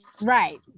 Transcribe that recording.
Right